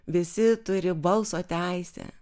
visi turi balso teisę